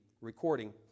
recording